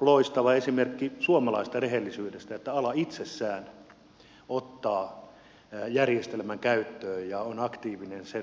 loistava esimerkki suomalaisesta rehellisyydestä että ala itsessään ottaa järjestelmän käyttöön ja on aktiivinen sen suhteen